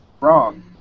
Wrong